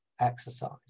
exercise